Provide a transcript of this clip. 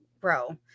bro